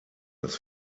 das